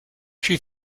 she